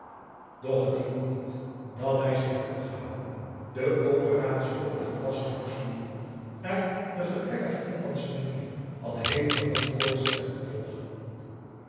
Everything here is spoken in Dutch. doch het hielp niet dat hij zich goed had gehouden de operatie op een volwassen forschen jongen man naar de gebrekkige inlandsche manier had hevige wondkoortsen ten gevolge